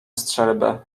strzelbę